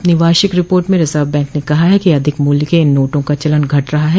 अपनी वार्षिक रिपोर्ट में रिजर्व बैंक ने कहा है कि अधिक मूल्य के इन नोटों का चलन घट रहा है